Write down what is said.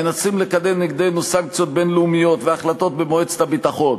מנסים לקדם נגדנו סנקציות בין-לאומיות והחלטות במועצת הביטחון,